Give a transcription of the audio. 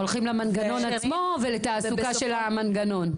הולכים למנגנון עצמו ולתעסוקה של המנגנון.